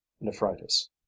nephritis